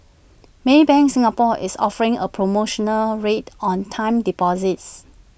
maybank Singapore is offering A promotional rate on time deposits